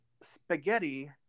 Spaghetti